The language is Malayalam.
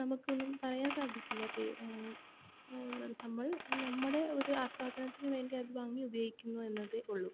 നമുക്കൊന്നും പറയാൻ സാധിക്കില്ല പേ നമ്മൾ നമ്മുടെ ഒരു ആസ്വാദനത്തിന് വേണ്ടി അത് വാങ്ങി ഉപയോഗിക്കുന്നു എന്നതേ ഉള്ളൂ